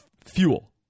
fuel